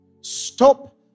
Stop